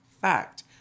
Fact